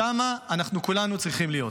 שם אנחנו כולנו צריכים להיות.